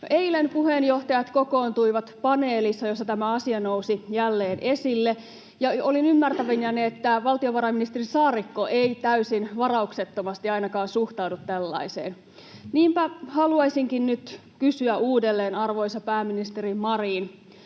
Eilen puheenjohtajat kokoontuivat paneelissa, jossa tämä asia nousi jälleen esille, ja olin ymmärtävinäni, että valtiovarainministeri Saarikko ei ainakaan täysin varauksettomasti suhtaudu tällaiseen. Niinpä haluaisinkin nyt kysyä uudelleen, arvoisa pääministeri Marin: